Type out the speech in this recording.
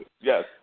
Yes